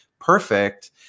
perfect